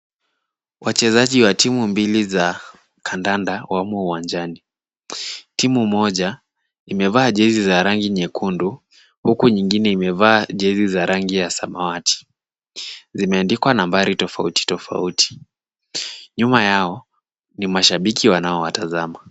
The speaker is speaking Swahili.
Wachezaji wa timu mbili za kadanda wamo uwanjani. Timu moja imevaa jezi za rangi nyekundu huku nyingine imevaa jezi za rangi ya samawati. Zimeandikwa nambari tofautitofauti. Nyuma yao ni mashabiki wanawatazama.